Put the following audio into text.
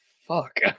fuck